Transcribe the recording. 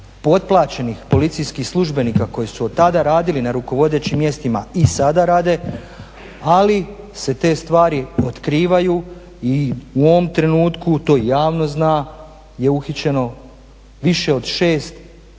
potplaćenih policijskih službenika koji su od tada radili na rukovodećim mjestima i sada rade, ali se te stvari otkrivaju i u ovom trenutku to i javnost zna je uhićeno više od 6